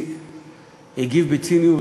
הגיב בציניות,